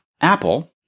Apple